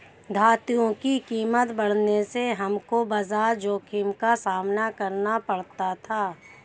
धातुओं की कीमत बढ़ने से हमको बाजार जोखिम का सामना करना पड़ा था